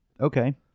okay